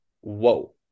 whoa